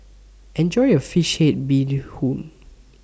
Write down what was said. Enjoy your Fish Head Bee Hoon